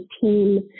team